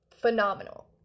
phenomenal